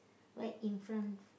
right in front